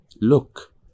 look